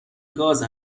گاز